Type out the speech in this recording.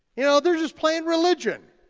you know, they're just playing religion.